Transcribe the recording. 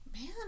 Man